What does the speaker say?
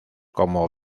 como